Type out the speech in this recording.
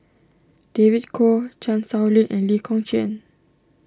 David Kwo Chan Sow Lin and Lee Kong Chian